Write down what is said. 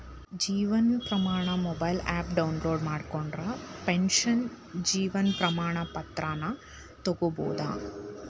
Jeevan Pramaan mobile app download ಮಾಡ್ಕೊಂಡ್ರ pension Jeevan Pramaan ಪತ್ರಾನ ತೊಕ್ಕೊಬೋದು